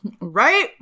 Right